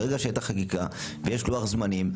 ברגע שהייתה חקיקה ויש לוח זמנים,